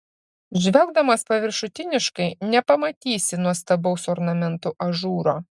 žvelgdamas paviršutiniškai nepamatysi nuostabaus ornamentų ažūro